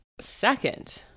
Second